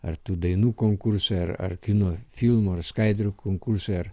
ar tu dainų konkursai ar ar kino filmų ar skaidrių konkursai ar